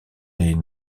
les